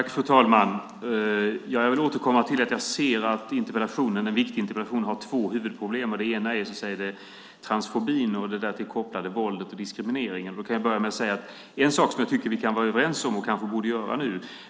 Fru talman! Jag vill återkomma till detta att den här viktiga interpellationen har två huvudproblem. Det ena är transfobin och det därtill kopplade våldet och diskrimineringen. Jag kan börja med att säga att jag tycker att vi kan vara överens om en sak, som vi kanske borde göra nu.